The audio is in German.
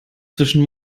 zwischen